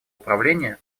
управления